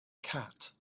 cat